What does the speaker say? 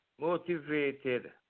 motivated